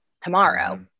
Tomorrow